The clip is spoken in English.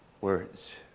Words